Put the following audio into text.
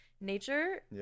nature